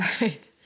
right